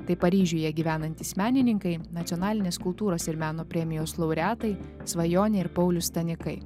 tai paryžiuje gyvenantys menininkai nacionalinės kultūros ir meno premijos laureatai svajonė ir paulius stanikai